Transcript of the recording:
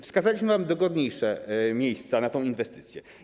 Wskazaliśmy wam dogodniejsze miejsca na tę inwestycję.